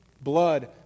blood